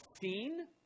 seen